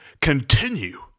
continue